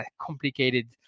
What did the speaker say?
complicated